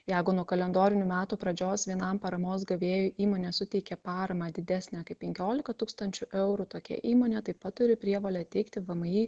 jeigu nuo kalendorinių metų pradžios vienam paramos gavėjui įmonė suteikė paramą didesnę kaip penkiolika tūkstančių eurų tokia įmonė taip pat turi prievolę teikti vmi